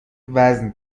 وزن